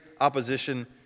opposition